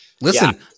listen